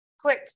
Quick